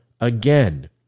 again